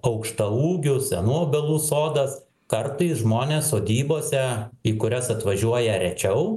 aukštaūgių senų obelų sodas kartais žmonės sodybose į kurias atvažiuoja rečiau